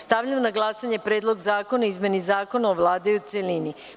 Stavljam na glasanje Predlog zakona o izmeni Zakona o Vladi u celini.